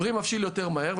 הפרי מבשיל יותר מהר,